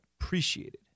appreciated